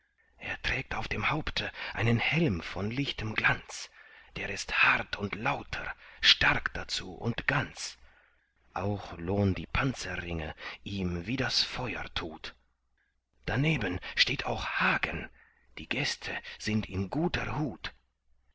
er trägt auf dem haupte einen helm von lichtem glanz der ist hart und lauter stark dazu und ganz auch loh'n die panzerringe ihm wie das feuer tut daneben steht auch hagen die gäste sind in guter hut